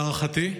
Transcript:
להערכתי,